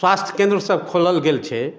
स्वास्थ्य केन्द्र सब खोलल गेल छै